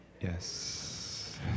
yes